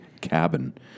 cabin